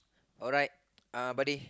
alright uh buddy